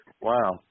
Wow